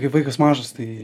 kai vaikas mažas tai